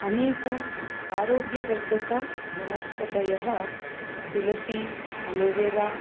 अनेक आरोग्यवर्धकवनस्पतयः तुलसी अलोवेरा